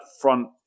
front